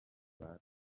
naho